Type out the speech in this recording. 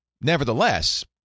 Nevertheless